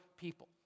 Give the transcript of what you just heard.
people